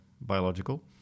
biological